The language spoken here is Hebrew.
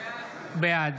בעד